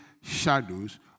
shadows